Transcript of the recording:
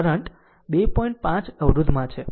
5 Ω અવરોધ માં છે